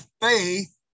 faith